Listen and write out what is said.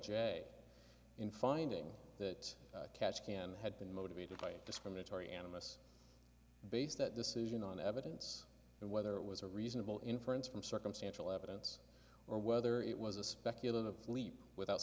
j in finding that catch can had been motivated by a discriminatory animus based that decision on evidence and whether it was a reasonable inference from circumstantial evidence or whether it was a speculative leap without